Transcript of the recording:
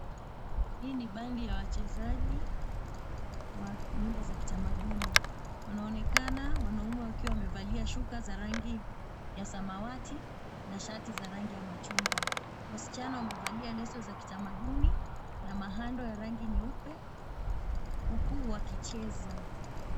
Hii ni bendi ya wachezaji wa nyimbo za kitamaduni. Wanaonekana wanaume wakiwa wamevalia shuka za rangi ya samawati na shati za rangi ya machungwa. Wasichana wamevalia leso za kitamaduni na mahando ya rangi nyeupe, huku wakicheza.